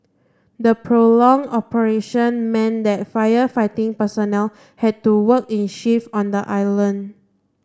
the prolonged operation meant that firefighting personnel had to work in shifts on the island